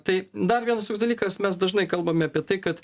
tai dar vienas toks dalykas mes dažnai kalbame apie tai kad